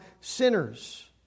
sinners